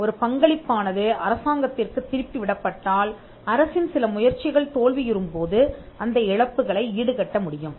ஒரு பங்களிப்பானது அரசாங்கத்திற்குத் திருப்பி விடப்பட்டால் அரசின் சில முயற்சிகள் தோல்வியுறும் போது அந்த இழப்புகளை ஈடுகட்ட முடியும்